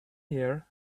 year